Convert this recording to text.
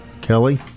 Kelly